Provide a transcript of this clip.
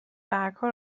برگها